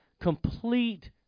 complete